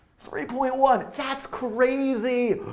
three point one, that's crazy!